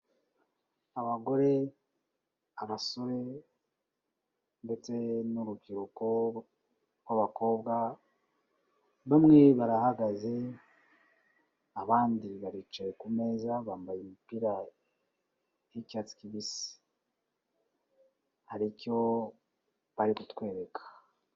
Abagore, abasore ndetse n'urubyiruko rw'abakobwa, bamwe barahagaze abandi baricaye ku meza, bambaye imipira y'icyatsi kibisi, hari icyo bari kutwereka.